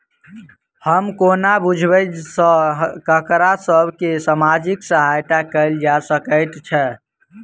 हम कोना बुझबै सँ ककरा सभ केँ सामाजिक सहायता कैल जा सकैत छै?